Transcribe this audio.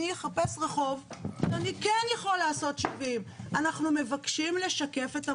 אני אחפש רחוב שאני כן יכול לעשות 70. אנחנו מבקשים לשקף את המידע.